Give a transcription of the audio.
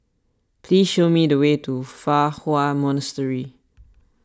please show me the way to Fa Hua Monastery